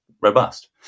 robust